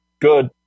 good